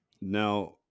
Now